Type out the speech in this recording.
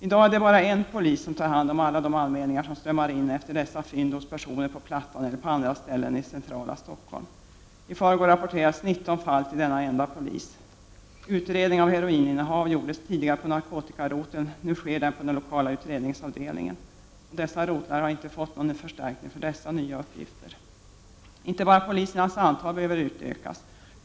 I dag är det bara en polis som tar hand om alla de anmälningar som strömmar in efter fynd hos personer på ”plattan” eller på andra ställen i centrala Stockholm. I förrgår rapporterades 19 fall till denna enda polis. Utredningen av heroininnehav gjordes tidigare på narkotikaroteln. Nu sker den på lokala utredningsavdelningen. Dessa rotlar har inte fått någon förstärkning för dessa nya uppgifter. Men det är inte bara polisernas antal som behöver utökas.